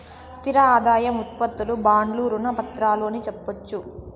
స్థిర ఆదాయం ఉత్పత్తులు బాండ్లు రుణ పత్రాలు అని సెప్పొచ్చు